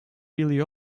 really